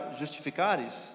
justificares